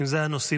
אתה לא רוצה